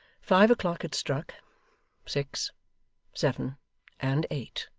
five o'clock had struck six seven and eight.